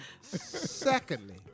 Secondly